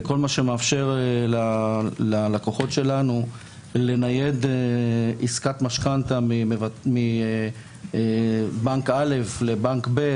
וכל מה שמאפשר ללקוחות שלנו לנייד עסקת משכנתה מבנק א' לבנק ב',